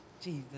Jesus